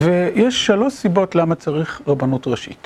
ויש שלוש סיבות למה צריך רבנות ראשית.